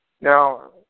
Now